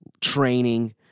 training